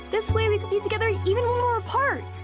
this way we could be together even when we're apart!